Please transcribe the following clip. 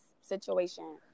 situation